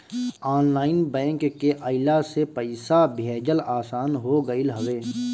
online bank के अइला से पईसा भेजल आसान हो गईल हवे